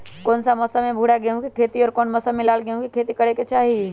कौन मौसम में भूरा गेहूं के खेती और कौन मौसम मे लाल गेंहू के खेती करे के चाहि?